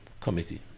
committee